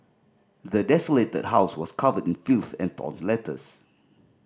the desolated house was covered in filth and torn letters